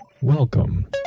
Welcome